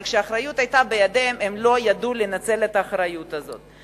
אבל כשהאחריות היתה בידיהם הם לא ידעו לנצל את האחריות הזאת.